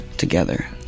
together